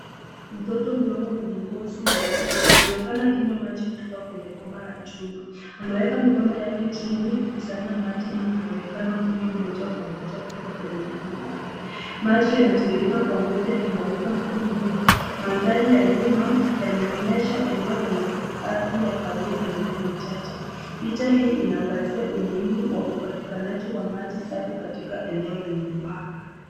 Mtoto mdogo mwenye ngozi nyeusi anaonekana akinywa maji kutoka kwenye bomba la chuma. Anaweka mikono yake chini kukusanya maji na anaonekana kunywa moja kwa moja kutoka kwenye mikono yake. Maji yanatiririka kwa nguvu yakimwagika huku na huku. Mandhari ya nyuma yanaonyesha eneo lenye ardhi ya kahawia na mimea michache. Picha hii inaangazia umuhimu wa upatikanaji wa maji safi katika eneo lenye uhaba.